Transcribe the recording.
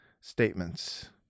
statements